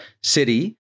city